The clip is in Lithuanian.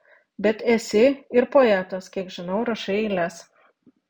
bet esi ir poetas kiek žinau rašai eiles